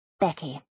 Becky